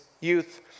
youth